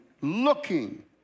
looking